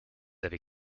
avez